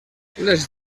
les